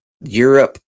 Europe